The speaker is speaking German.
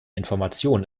information